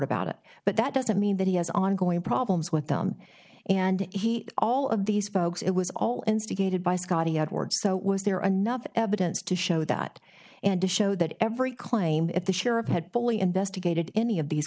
about it but that doesn't mean that he has ongoing problems with them and he all of these folks it was all instigated by scotty edwards so was there another evidence to show that and to show that every claim that the sheriff had fully